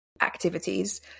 activities